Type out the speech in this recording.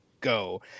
go